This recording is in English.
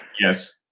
Yes